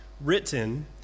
written